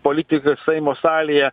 politikas seimo salėje